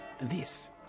This